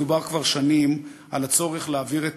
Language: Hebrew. מדובר כבר שנים על הצורך להעביר את